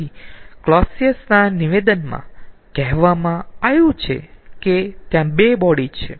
તેથી કલોસીયસ ના નિવેદનમાં કહેવામાં આવ્યું છે કે ત્યાં બે બોડી છે